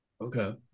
Okay